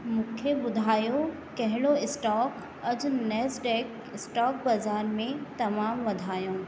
मूंखे ॿुधायो कहिड़ो स्टॉक अॼु नैस्डेक स्टॉक बाज़ारि में तमामु वधायूं